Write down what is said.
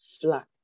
flat